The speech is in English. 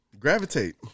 gravitate